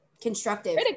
constructive